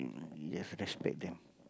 yes respect them